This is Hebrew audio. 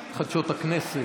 מנותק מחדשות הכנסת.